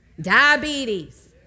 diabetes